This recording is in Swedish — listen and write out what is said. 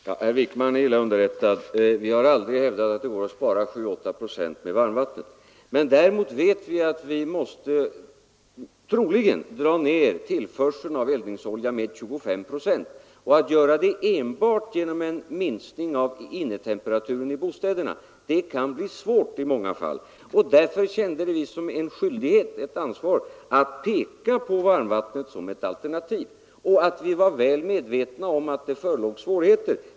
Herr talman! Herr Wijkman är illa underrättad. Vi har aldrig hävdat att det går att spara 7—8 procent med varmvattnet. Däremot vet vi att vi troligen måste skära ned tillförseln av eldningsolja med 25 procent. Att göra det enbart med en minskning av innetemperaturen i bostäderna kan i många fall bli svårt. Därför kände vi det som en skyldighet att peka på avstängning av varmvattnet som ett alternativ. Vi var väl medvetna om att det förelåg svårigheter.